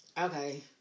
Okay